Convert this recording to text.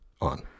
on